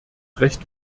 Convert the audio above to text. recht